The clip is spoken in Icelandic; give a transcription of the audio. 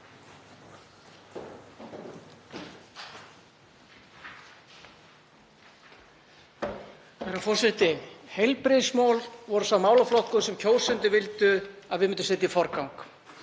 Herra forseti. Heilbrigðismál voru sá málaflokkur sem kjósendur vildu að við myndum setja í forgang.